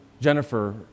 Jennifer